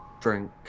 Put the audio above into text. drink